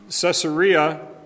Caesarea